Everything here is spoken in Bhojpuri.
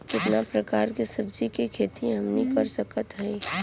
कितना प्रकार के सब्जी के खेती हमनी कर सकत हई?